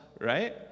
Right